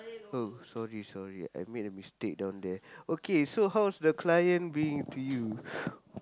oh sorry sorry I made a mistake down there okay so how was the client being to you